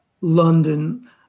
London